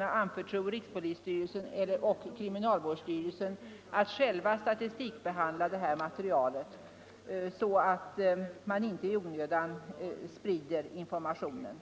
anförtro rikspolisstyrelsen och kriminalvårdsstyrelsen att själva statistikbehandla detta material, så att man inte i onödan sprider informationen.